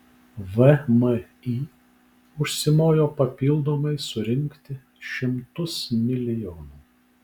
vmi užsimojo papildomai surinkti šimtus milijonų